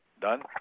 Done